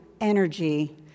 energy